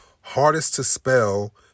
hardest-to-spell